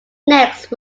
next